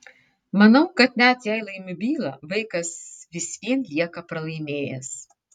manau kad net jei laimiu bylą vaikas vis vien lieka pralaimėjęs